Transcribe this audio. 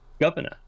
governor